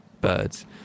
birds